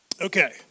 Okay